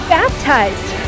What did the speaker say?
baptized